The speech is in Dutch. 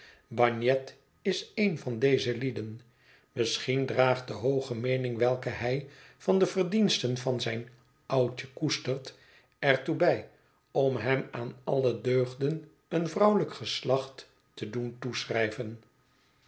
bagnet is een van deze lieden misschien draagt de hooge meening welke hij van de verdiensten van zijn oudje koestert er toe bij om hem aan alle deugden een vrouwelijk geslacht te doen